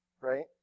right